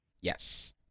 Yes